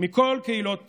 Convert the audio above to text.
מכל קהילות ישראל,